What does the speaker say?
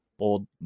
old